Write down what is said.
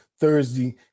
Thursday